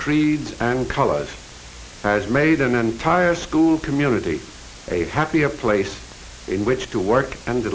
creeds and colors has made an entire school community a happier place in which to work and